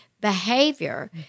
behavior